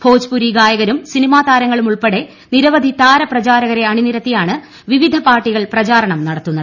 ഭോജ്പുരി ഗായകരും സിനിമാ താരങ്ങളുമുൾപ്പെടെ നിരവധി താര പ്രചാരകരെ അണിനിരത്തിയാണ് വിവിധ പാർട്ടികൾ പ്രചാരണം നടത്തുന്നത്